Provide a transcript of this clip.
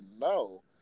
no